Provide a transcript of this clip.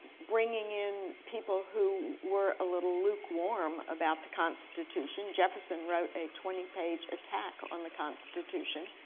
bringing in people who were a little lukewarm about the constitution. jefferson wrote a twenty page attack on the constitution,